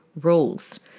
rules